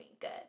good